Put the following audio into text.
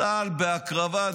צה"ל בהקרבה,